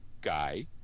guy